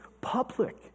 public